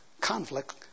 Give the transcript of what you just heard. conflict